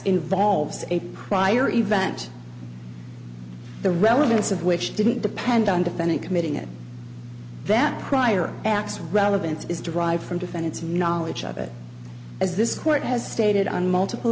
involves a prior event the relevance of which didn't depend on defendant committing it that prior acts relevant is derived from defendants knowledge of it as this court has stated on multiple